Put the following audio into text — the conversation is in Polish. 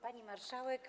Pani Marszałek!